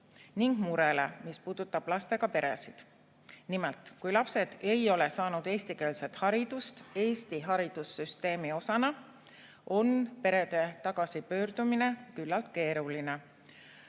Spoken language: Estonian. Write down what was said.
ning murele, mis puudutab lastega peresid. Nimelt, kui lapsed ei ole saanud eestikeelset haridust Eesti haridussüsteemi osana, on perede tagasipöördumine küllalt keeruline.